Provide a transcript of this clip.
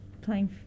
playing